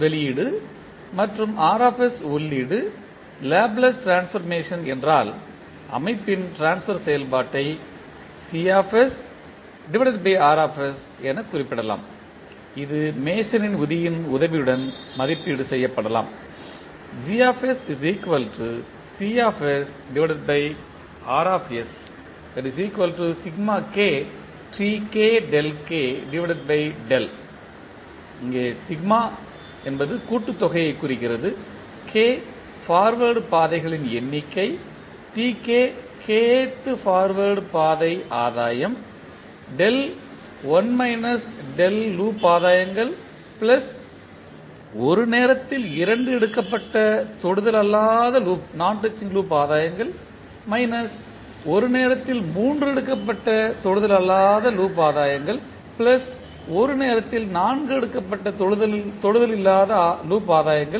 வெளியீடு மற்றும் உள்ளீடு லேப்ளேஸ் ட்ரான்ஸ்பர்மேஷன் என்றால் அமைப்பின் ட்ரான்ஸ்பர் செயல்பாட்டை என குறிப்பிடலாம் இது மேசனின் விதியின் உதவியுடன் மதிப்பீடு செய்யப்படலாம் இங்கே கூட்டுத்தொகையை குறிக்கிறது k பார்வேர்ட் பாதைகளின் எண்ணிக்கை Tk kth பார்வேர்ட் பாதை ஆதாயம் ஆதாயங்கள் ஒரு நேரத்தில் இரண்டு எடுக்கப்பட்ட தொடுதல் அல்லாத லூப் ஆதாயங்கள் ஒரு நேரத்தில் மூன்று எடுக்கப்பட்ட தொடுதல் அல்லாத லூப் ஆதாயங்கள் ஒரு நேரத்தில் நான்கு எடுக்கப்பட்ட தொடுதல் அல்லாத லூப் ஆதாயங்கள்